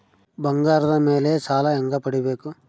ಬಂಗಾರದ ಮೇಲೆ ಸಾಲ ಹೆಂಗ ಪಡಿಬೇಕು?